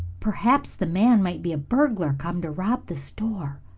perhaps the man might be a burglar come to rob the store.